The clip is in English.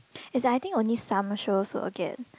as I think only summer show will get